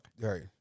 Right